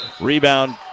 Rebound